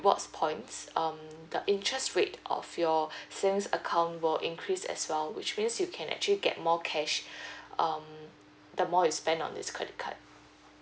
reward points um the interest rate of your savings account will increase as well which means you can actually get more cash um the more you spend on this credit card